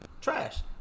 Trash